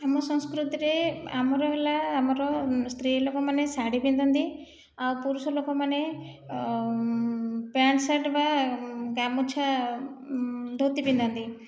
ଆମ ସଂସ୍କୃତିରେ ଆମର ହେଲା ଆମର ସ୍ତ୍ରୀ ଲୋକମାନେ ଶାଢ଼ୀ ପିନ୍ଧନ୍ତି ଆଉ ପୁରୁଷ ଲୋକମାନେ ପ୍ୟାଣ୍ଟ୍ ସାର୍ଟ୍ ବା ଗାମୁଛା ଧୋତି ପିନ୍ଧନ୍ତି